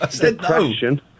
depression